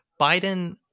Biden